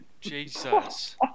Jesus